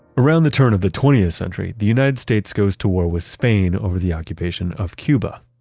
around the turn of the twentieth century, the united states goes to war with spain over the occupation of cuba,